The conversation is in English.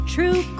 True